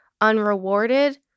unrewarded